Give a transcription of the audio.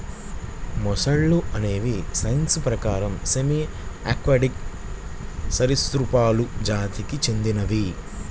మొసళ్ళు అనేవి సైన్స్ ప్రకారం సెమీ ఆక్వాటిక్ సరీసృపాలు జాతికి చెందినవి